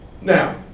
Now